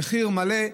במחיר מלא.